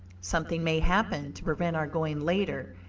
something may happen to prevent our going later,